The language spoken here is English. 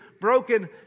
broken